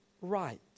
right